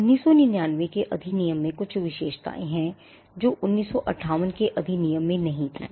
1999 के अधिनियम में कुछ विशेषताएं हैं जो 1958 के अधिनियम में नहीं थीं